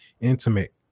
intimate